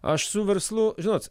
aš su verslu žinot